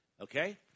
Okay